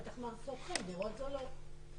בטח צורכים דירות זולות.